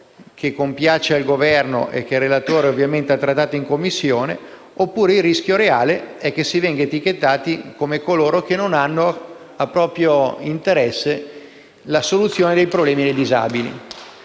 che piace al Governo e che la relatrice ha promosso in Commissione oppure il rischio reale è che si venga etichettati come coloro che non abbiano come interesse la soluzione dei problemi dei disabili.